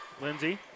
Lindsay